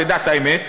תדע את האמת,